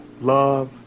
love